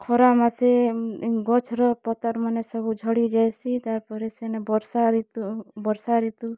ଖରାମାସେ ଗଛ୍ର ପତର୍ମାନେ ସବୁ ଝଡ଼ି ଯାଇସି ତାର୍ ପରେ ସେନେ ବର୍ଷା ଋତୁ ବର୍ଷା ଋତୁ